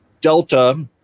Delta